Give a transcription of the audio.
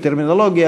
בטרמינולוגיה,